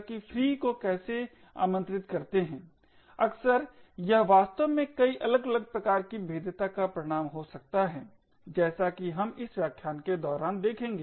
तो यह प्रबंधन प्रोग्राम द्वारा किया जाता है और काफी हद तक अक्सर यह वास्तव में कई अलग अलग प्रकार की भेद्यता का परिणाम हो सकता है जैसा कि हम इस व्याख्यान के दौरान देखेंगे